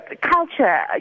culture